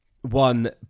one